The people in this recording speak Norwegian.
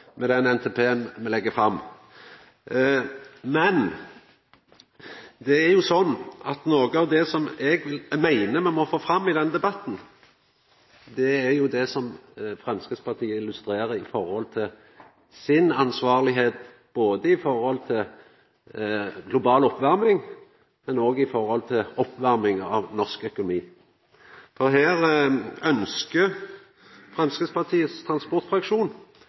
med den NTP-en me legg fram. Noko av det som eg meiner me må få fram i denne debatten, er det som Framstegspartiet illustrerer med ansvarlegheita si når det gjeld global oppvarming – og oppvarming av norsk økonomi. Her ønskjer Framstegspartiets